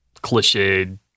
cliched